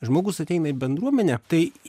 žmogus ateina į bendruomenę tai